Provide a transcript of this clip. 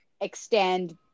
extend